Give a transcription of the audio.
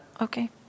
okay